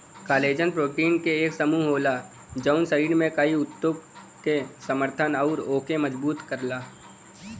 collagen protein क एक समूह होला जौन शरीर में कई ऊतक क समर्थन आउर ओके मजबूत करला